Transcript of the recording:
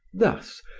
thus,